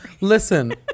Listen